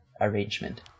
arrangement